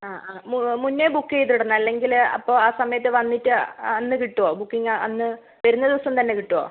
ആ ആ മുന്നേ ബുക്ക് ചെയ്തിടണോ അല്ലെങ്കിൽ അപ്പോൾ ആ സമയത്ത് വന്നിട്ട് അന്ന് കിട്ടുമോ ബുക്കിംഗ് അന്ന് വരുന്ന ദിവസം തന്നെ കിട്ടുമോ